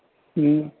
હમ્મ